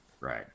Right